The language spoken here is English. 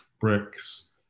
bricks